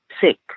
sick